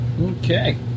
Okay